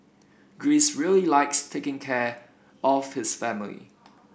Greece really likes taking care of his family